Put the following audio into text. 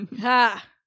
Ha